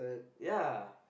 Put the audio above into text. ya